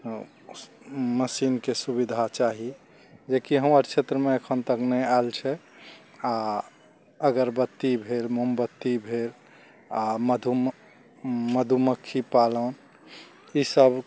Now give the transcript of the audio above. मशीनके सुविधा चाही जेकि हमर क्षेत्रमे एखन तक नहि आयल छै आओर अगरबत्ती भेल मोमबत्ती भेल आओर मधु मधुमक्खी पालन ई सब